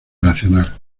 nacional